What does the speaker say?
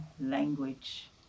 language